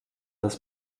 das